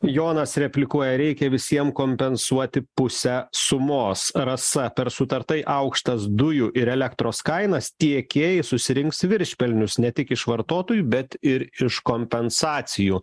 jonas replikuoja reikia visiem kompensuoti pusę sumos rasa per sutartai aukštas dujų ir elektros kainas tiekėjai susirinks viršpelnius ne tik iš vartotojų bet ir iš kompensacijų